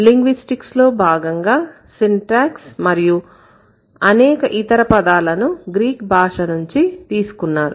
linguistics లో భాగంగా syntax మరియు అనేక ఇతర పదాలను గ్రీక్ భాష నుంచి తీసుకున్నారు